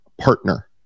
partner